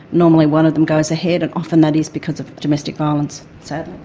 normally one of them goes ahead and often that is because of domestic violence, so